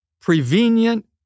Prevenient